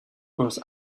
goes